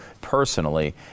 personally